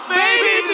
baby